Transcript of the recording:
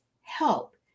help